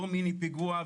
לא מיני פיגוע,